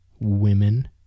women